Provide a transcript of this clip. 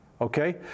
Okay